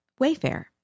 Wayfair